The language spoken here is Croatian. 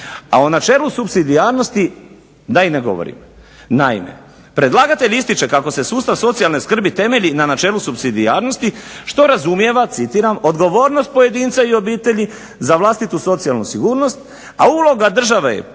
A o načelu supsidijarnosti da i ne govorim. Naime, predlagatelj ističe kako se sustav socijalne skrbi temelji na načelu supsidijarnosti, što razumijeva, citiram odgovornost pojedinca i obitelji za vlastitu socijalnu sigurnost, a uloga države je,